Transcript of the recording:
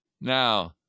Now